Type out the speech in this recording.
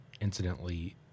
incidentally